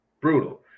brutal